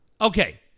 Okay